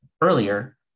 earlier